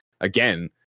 again